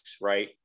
right